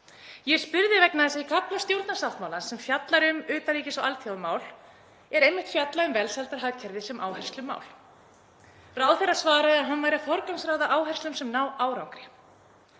Ég spurði vegna þess að í kafla stjórnarsáttmálans sem fjallar um utanríkis- og alþjóðamál er einmitt fjallað um velsældarhagkerfi sem áherslumál. Ráðherra svaraði að hann væri að forgangsraða áherslum sem ná árangri